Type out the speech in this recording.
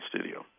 studio